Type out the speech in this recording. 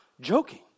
joking